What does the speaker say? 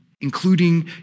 including